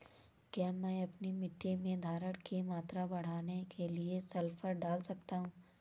क्या मैं अपनी मिट्टी में धारण की मात्रा बढ़ाने के लिए सल्फर डाल सकता हूँ?